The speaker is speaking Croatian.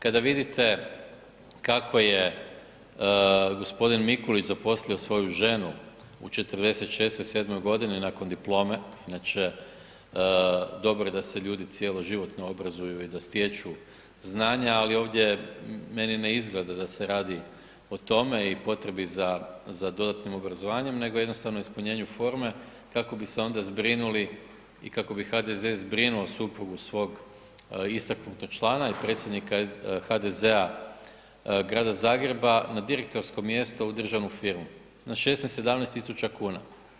Kada vidite kako je g. Mikulić zaposlio svoju ženu u 46, 7 godini nakon diplome, inače, dobro je da se ljudi cjeloživotno obrazuju i da stječu znanja, ali ovdje meni ne izgleda da se radi o tome i potrebi za dodatnim obrazovanjem, nego jednostavno ispunjenju forme kako bi se onda zbrinuli i kako bi HDZ zbrinuo suprugu svog istaknutog člana i predsjednika HDZ-a grada Zagreba na direktorsko mjesto u državnu firmu na 16, 17 tisuća kuna.